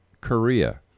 Korea